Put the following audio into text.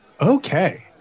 Okay